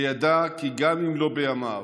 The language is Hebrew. וידע כי גם אם לא בימיו,